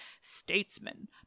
statesman